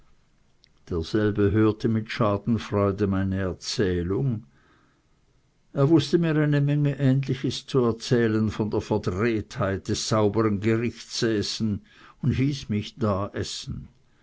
derselbe hörte mit schadenfreude meine erzählung er wußte mir eine menge ähnliches zu erzählen von der verdrehtheit des saubern gerichtssäßen und hieß mich da essen